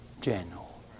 general